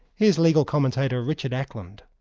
here's legal commentator, richard ackland.